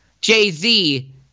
Jay-Z